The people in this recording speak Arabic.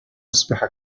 أصبح